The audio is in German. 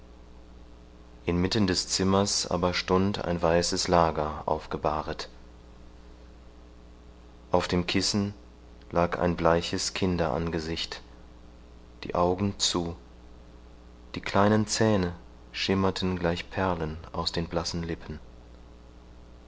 inmitten des zimmers aber stund ein weißes lager aufgebahret auf dem kissen lag ein bleiches kinderangesicht die augen zu die kleinen zähne schimmerten gleich perlen aus den blassen lippen